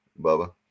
Bubba